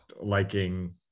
liking